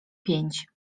pięć